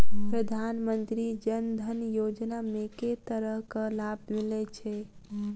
प्रधानमंत्री जनधन योजना मे केँ तरहक लाभ मिलय छै?